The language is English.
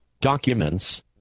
Documents